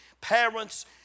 parents